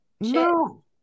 no